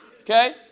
Okay